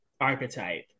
archetype